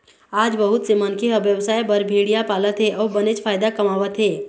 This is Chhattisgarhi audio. आज बहुत से मनखे ह बेवसाय बर भेड़िया पालत हे अउ बनेच फायदा कमावत हे